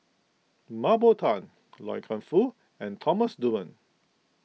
Mah Bow Tan Loy Keng Foo and Thomas Dunman